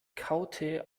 kaute